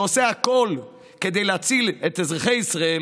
שעושה הכול כדי להציל את אזרחי ישראל,